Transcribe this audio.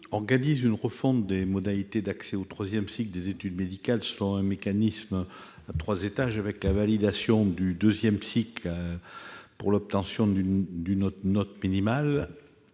organise une refonte des modalités d'accès au troisième cycle des études médicales, selon un mécanisme à trois étages comprenant la validation du deuxième cycle par l'obtention d'une note minimale,